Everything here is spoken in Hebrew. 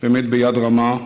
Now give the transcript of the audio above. ביד רמה.